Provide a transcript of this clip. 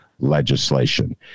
legislation